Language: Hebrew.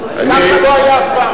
ככה לא היה אף פעם.